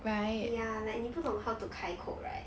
ya like 你不懂 how to 开口 right